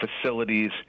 facilities